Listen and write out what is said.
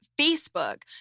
Facebook